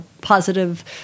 positive